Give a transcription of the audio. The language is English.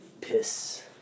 Piss